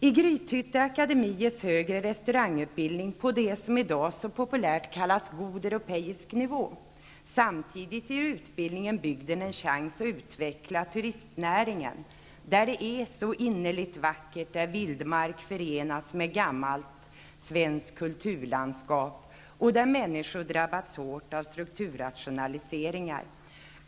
I Grythytte akademi ges högre restaurangutbildning på det som i dag så populärt kallas god europeisk nivå. Utbildningen ger samtidigt bygden en chans att utveckla turistnäringen där det är så innerligt vackert, där vildmark förenas med gammalt svenskt kulturlandskap och där människor drabbats hårt av strukturrationaliseringar.